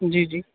جی جی